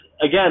again